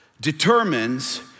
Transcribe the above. determines